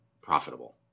profitable